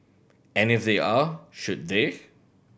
and if they are should they